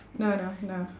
no no no